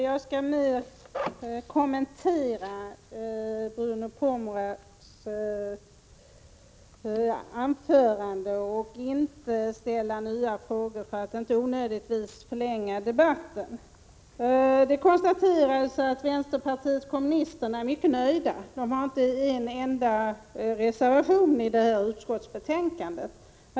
Herr talman! Jag skall kommentera Bruno Poromaas anförande och inte ställa nya frågor, för att inte onödigtvis förlänga debatten. Det konstaterades att vänsterpartiet kommunisterna är mycket nöjt. Det har inte en enda reservation till detta utskottsbetänkande.